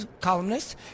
columnists